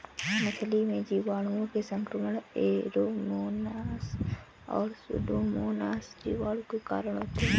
मछली में जीवाणुओं से संक्रमण ऐरोमोनास और सुडोमोनास जीवाणु के कारण होते हैं